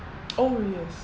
oh yes